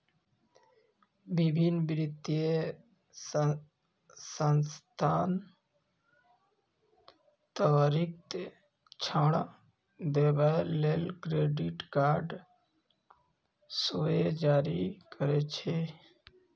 विभिन्न वित्तीय संस्थान त्वरित ऋण देबय लेल क्रेडिट कार्ड सेहो जारी करै छै